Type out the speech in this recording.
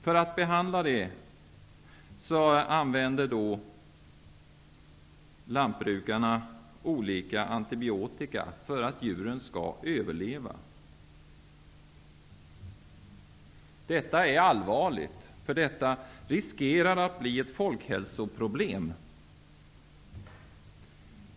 För att behandla denna åkomma använder lantbrukarna olika antibiotika så att djuren skall överleva. Detta är allvarligt, eftersom det riskerar att bli ett folkhälsoproblem.